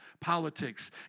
politics